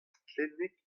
stlenneg